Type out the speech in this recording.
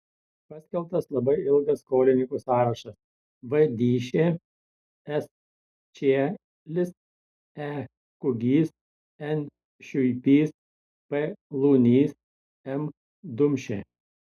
paskelbtas labai ilgas skolininkų sąrašas v dyšė s čielis e kugys n šiuipys p lunys m dumšė